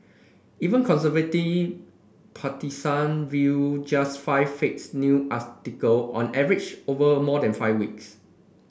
even conservative partisan viewed just five fakes new on average over more than five weeks